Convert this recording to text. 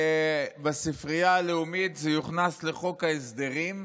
שבועות שבספרייה הלאומית, זה יוכנס לחוק ההסדרים,